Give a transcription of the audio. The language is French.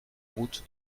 route